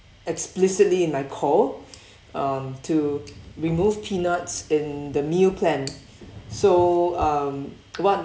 explicitly in my call um to remove peanuts in the meal plan so um what